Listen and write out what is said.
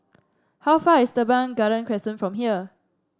how far away is Teban Garden Crescent from here